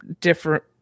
different